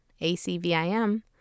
ACVIM